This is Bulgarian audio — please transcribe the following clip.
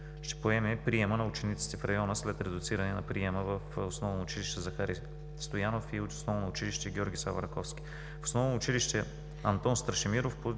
ще поеме приема на учениците в района след редуциране на приема в Основно училище „Захари Стоянов“ и Основно училище „Георги Сава Раковски“. Основно училище „Антон Страшимиров“,